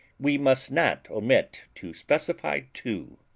we must not omit to specify two.